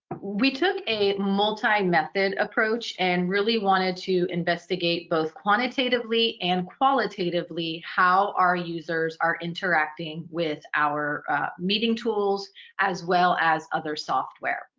we took a multi-method approach and really wanted to investigate, both quantitatively and qualitatively, how our users are interacting with our meeting tools as well as other software.